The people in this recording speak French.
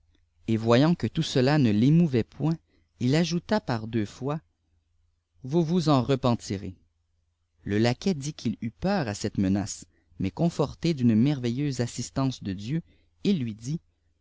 et voyant que tout cela ne l'émouvait point il ajouta par deux fois vous vous en repentirez la laquais dit qu'il eut peur à cette menace mais conforté d'une merveilleuse assistance de dieu il lui dit